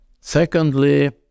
secondly